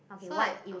so like uh